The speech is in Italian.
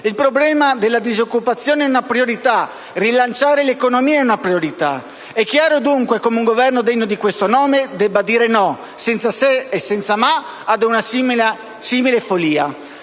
Il problema della disoccupazione è una priorità; rilanciare l'economia è una priorità. È chiaro dunque come un Governo degno di questo nome debba dire no, senza se e senza ma, a una simile follia.